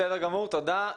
תודה,